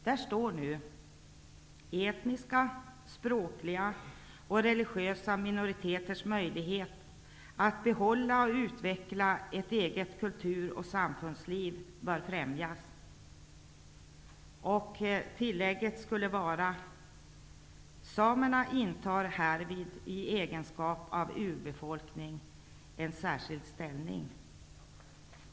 Där står nu att etniska, språkliga och religiösa minoriteters möjlighet att behålla och utveckla ett eget kulturoch samfundsliv bör främjas. Tillägget skulle kunna vara att samerna härvid i egenskap av urbefolkning intar en särskild ställning.